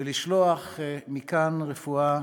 ולשלוח מכאן רפואה